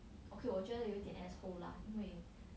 okay 我觉得有一点 asshole lah 因为